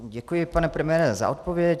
Děkuji, pane premiére, za odpověď.